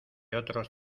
otros